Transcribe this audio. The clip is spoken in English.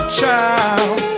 child